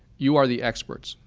you are the experts.